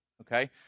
okay